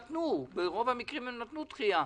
ברוב המקרים הם נתנו דחייה,